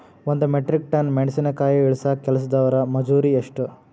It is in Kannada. ಒಂದ್ ಮೆಟ್ರಿಕ್ ಟನ್ ಮೆಣಸಿನಕಾಯಿ ಇಳಸಾಕ್ ಕೆಲಸ್ದವರ ಮಜೂರಿ ಎಷ್ಟ?